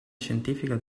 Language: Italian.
scientifica